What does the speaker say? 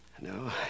No